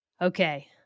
okay